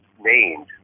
named